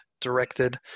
directed